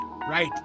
right